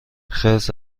خرس